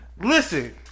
Listen